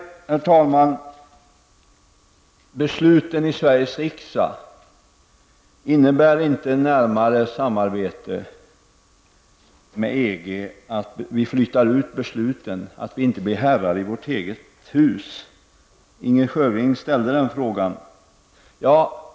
När det gäller besluten i Sveriges riksdag: Innebär inte närmare samarbete med EG att vi flyttar ut besluten, att vi inte blir herrar i vårt eget hus? Inger Schörling ställde den frågan.